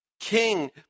king